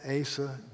Asa